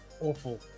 awful